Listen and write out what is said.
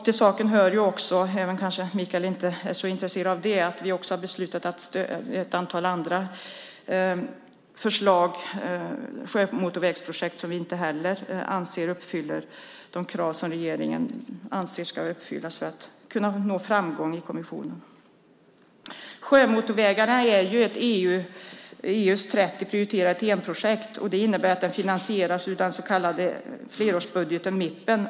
Till saken hör också, även om Mikael kanske inte är så intresserad av det, att vi har beslutat att inte stödja ett antal andra sjömotorvägsprojekt som vi anser inte heller uppfyller de krav som regeringen anser ska uppfyllas för att man ska nå framgång i kommissionen. Sjömotorvägarna är EU:s 30 prioriterade TEN-projekt. Det innebär att de finansieras av flerårsbudgeten, MIP.